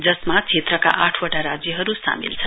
जसमा क्षेत्रका आठवटा राज्यहरू सामेल छन्